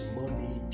money